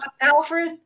Alfred